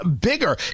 bigger